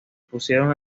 pusieron